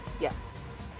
Yes